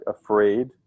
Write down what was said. afraid